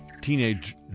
teenage